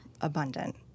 abundant